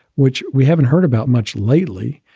which we haven't heard about much lately,